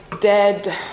dead